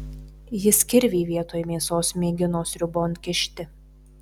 jis kirvį vietoj mėsos mėgino sriubon kišti